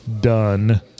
done